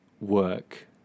work